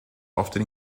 often